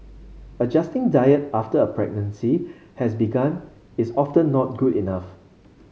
adjusting diet after a pregnancy has begun is often not good enough